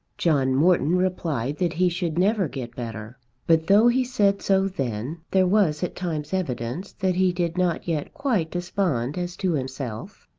john morton replied that he should never get better but though he said so then, there was at times evidence that he did not yet quite despond as to himself.